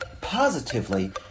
positively